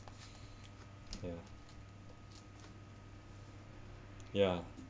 ya ya